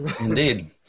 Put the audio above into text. Indeed